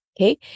Okay